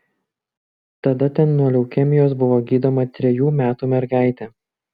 tada ten nuo leukemijos buvo gydoma trejų metų mergaitė